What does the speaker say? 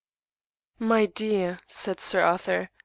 my dear, said sir arthur,